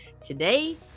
Today